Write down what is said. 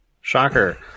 shocker